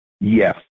Yes